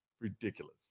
ridiculous